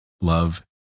love